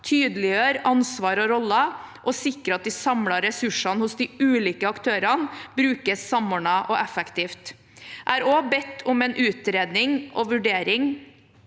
tydeliggjør ansvar og roller og sikrer at de samlede ressursene hos de ulike aktørene brukes samordnet og effektivt. Jeg har også bedt om en utredning og vurdering